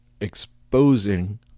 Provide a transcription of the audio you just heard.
exposing